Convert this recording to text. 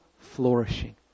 flourishing